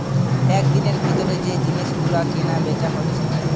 একদিনের ভিতর যে জিনিস গুলো কিনা বেচা হইছে